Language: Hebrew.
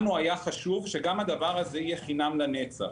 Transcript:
לנו היה חשוב שגם הדבר הזה יהיה חינם לנצח,